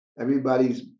Everybody's